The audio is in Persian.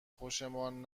خوشمان